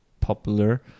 popular